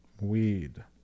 weed